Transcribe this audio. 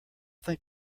think